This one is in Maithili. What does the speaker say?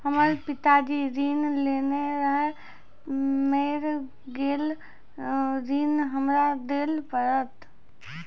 हमर पिताजी ऋण लेने रहे मेर गेल ऋण हमरा देल पड़त?